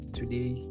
today